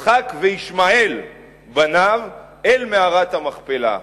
"יצחק וישמעאל בניו אל מערת המכפלה".